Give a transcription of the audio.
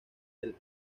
del